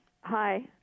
Hi